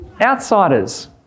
outsiders